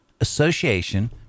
association